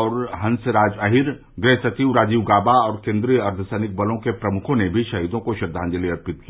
और हसराज अहीर गृहसचिव राजीव गाबा और केंद्रीय अर्दघसैनिक बलों के प्रमुखों ने मी शहीदों को श्रद्दांजलि अर्पित की